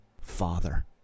Father